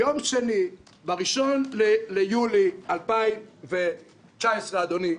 ביום שני ב-1 ביולי 2019, אדוני,